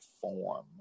form